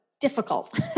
difficult